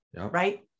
Right